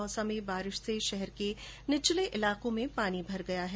दौसा में बारिश से शहर के निचले इलाकों में पानी भर गया है